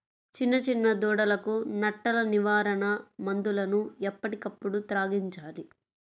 చిన్న చిన్న దూడలకు నట్టల నివారణ మందులను ఎప్పటికప్పుడు త్రాగించాలి